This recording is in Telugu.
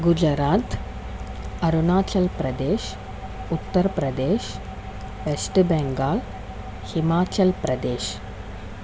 గుజరాత్ అరుణాచల్ ప్రదేశ్ ఉత్తర్ ప్రదేశ్ వెస్ట్ బెంగాల్ హిమాచల్ ప్రదేశ్